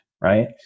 right